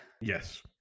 Yes